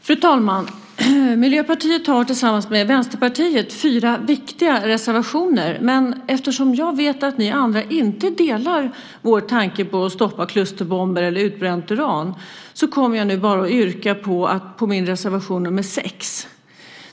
Fru talman! Miljöpartiet har tillsammans med Vänsterpartiet fyra viktiga reservationer. Eftersom jag vet att ni andra inte delar våra tankar på att stoppa klusterbomber eller utbränt uran kommer jag nu bara att yrka bifall till min reservation nr 6.